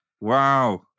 Wow